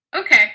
Okay